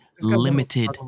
limited